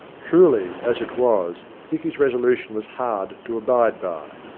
truly, as it was, dicky's resolution was hard to abide by.